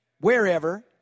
wherever